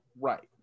Right